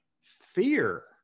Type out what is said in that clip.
fear